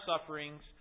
sufferings